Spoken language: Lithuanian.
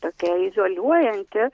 tokia izoliuojanti